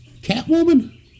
Catwoman